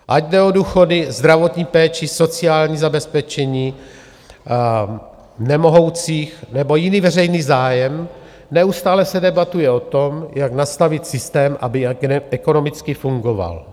Ať jde o důchody, zdravotní péči, sociální zabezpečení nemohoucích, nebo jiný veřejný zájem, neustále se debatuje o tom, jak nastavit systém, aby ekonomicky fungoval.